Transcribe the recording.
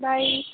বাই